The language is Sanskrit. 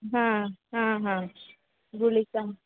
हा ह् हा गुलिका